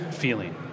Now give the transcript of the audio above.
Feeling